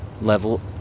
level